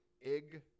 Ig